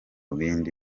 bindi